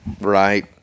Right